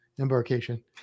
embarkation